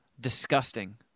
disgusting